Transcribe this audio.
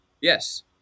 Yes